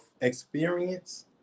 experience